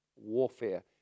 warfare